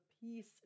peace